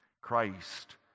Christ